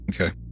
Okay